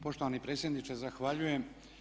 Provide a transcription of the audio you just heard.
Poštovani predsjedniče zahvaljujem.